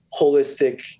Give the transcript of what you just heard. holistic